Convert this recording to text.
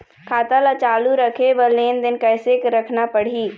खाता ला चालू रखे बर लेनदेन कैसे रखना पड़ही?